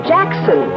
Jackson